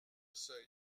seuil